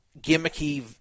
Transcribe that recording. Gimmicky